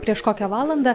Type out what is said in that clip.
prieš kokią valandą